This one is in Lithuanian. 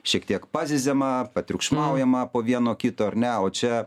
šiek tiek pazyziama patriukšmaujama po vieno kito ar ne o čia